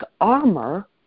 armor